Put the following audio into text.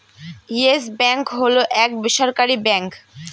yes bank হল এক বেসরকারি ব্যাঙ্ক